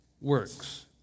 works